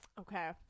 Okay